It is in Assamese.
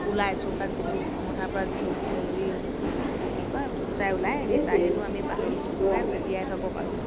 ওলাই চৌকাত যিটো অঙঠাৰ পৰা যিটো হেৰি এইটো কি কয় ফুটছাঁই ওলাই সেইটো আমি পাতলকে ছটিয়াই থ'ব পাৰোঁ